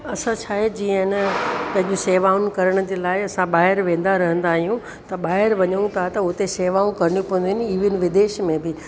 असां छा आहे जीअं हैन पंहिंजूं शेवाऊं करण जे लाइ ॿाहिरि वेंदा रहंदा आहियूं त ॿाहिरि वञऊं था त उते शेवाऊं करणियूं पवंदियूं आहिनि ईवन विदेश में बि